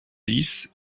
dix